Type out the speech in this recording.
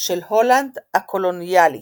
של הולנד הקולוניאלית,